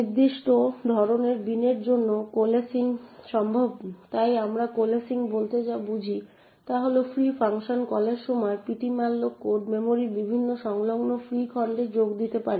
নির্দিষ্ট ধরণের বিনের জন্য কোলেসিং সম্ভব তাই আমরা কোলেসিং বলতে যা বুঝি তা হল ফ্রি ফাংশন কলের সময় ptmalloc কোড মেমরির বিভিন্ন সংলগ্ন ফ্রি খণ্ডে যোগ দিতে পারে